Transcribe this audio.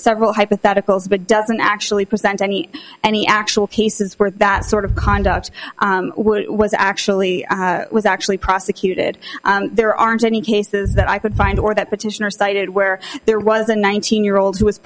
several hypotheticals but doesn't actually present any any actual cases where that sort of conduct was actually was actually prosecuted there aren't any cases that i could find or that petitioner cited where there was a nineteen year old who w